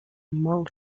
monk